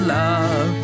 love